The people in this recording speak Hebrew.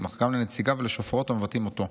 אך גם לנציגיו ולשופרות המבטאים אותו.